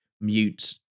mute